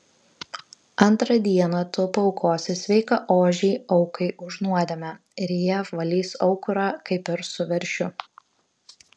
antrą dieną tu paaukosi sveiką ožį aukai už nuodėmę ir jie apvalys aukurą kaip ir su veršiu